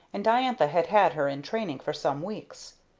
and diantha had had her in training for some weeks.